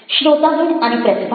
શ્રોતાગણ અને પ્રતિભાવ